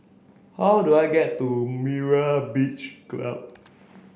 how do I get to Myra Beach Club